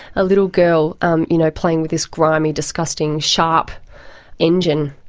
a little girl um you know playing with this grimy, disgusting, sharp engine.